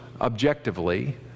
objectively